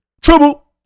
Trouble